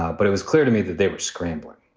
ah but it was clear to me that they were scrambling.